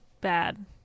bad